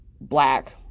black